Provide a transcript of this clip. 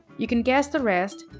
you can guess the rest.